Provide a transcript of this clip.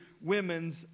women's